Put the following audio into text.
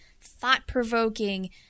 thought-provoking